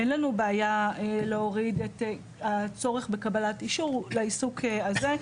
אין לנו בעיה להוריד את הצורך בקבלת אישור לעיסוק הזה,